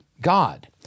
God